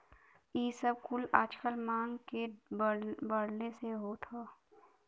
इ सब कुल आजकल मांग के बढ़ले से होत हौ